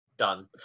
done